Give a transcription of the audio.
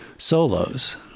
Solos